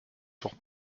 sur